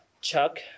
Chuck